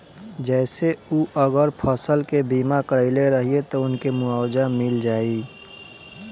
जेसे उ अगर फसल के बीमा करइले रहिये त उनके मुआवजा मिल जाइ